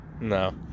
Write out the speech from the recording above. no